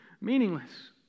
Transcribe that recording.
meaningless